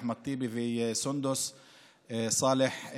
אחמד טיבי וסונדוס סאלח,